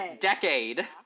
decade